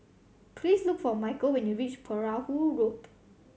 please look for Mychal when you reach Perahu Road